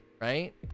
right